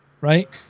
right